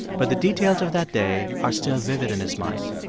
but the details of that day are still vivid in his mind.